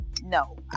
no